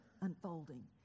unfolding